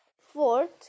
Fourth